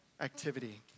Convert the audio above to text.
activity